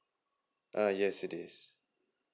uh yes it is